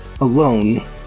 alone